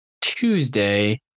Tuesday